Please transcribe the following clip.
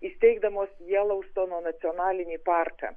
įsteigdamos jeloustono nacionalinį parką